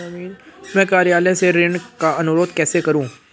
मैं कार्यालय से ऋण का अनुरोध कैसे करूँ?